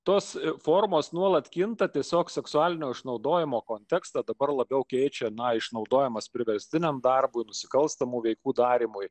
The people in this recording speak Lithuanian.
tos formos nuolat kinta tiesiog seksualinio išnaudojimo kontekstą dabar labiau keičia išnaudojimas priverstiniam darbui nusikalstamų veikų darymui